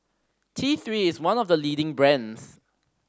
T Three is one of the leading brands